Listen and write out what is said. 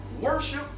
worship